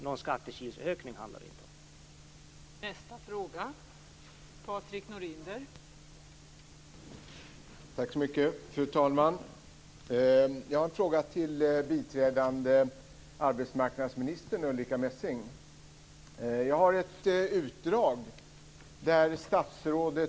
Någon skattekilsökning handlar det alltså inte om.